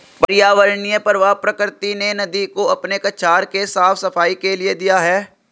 पर्यावरणीय प्रवाह प्रकृति ने नदी को अपने कछार के साफ़ सफाई के लिए दिया है